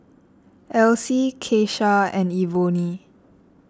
Alcee Kesha and Ebony